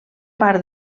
part